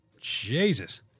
Jesus